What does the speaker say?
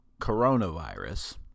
Coronavirus